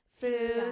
food